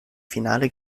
finale